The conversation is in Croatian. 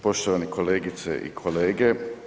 Poštovane kolegice i kolege.